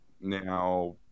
Now